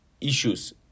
issues